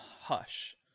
Hush